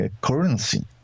currency